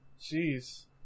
Jeez